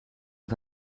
het